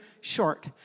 short